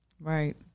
Right